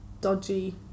dodgy